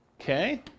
Okay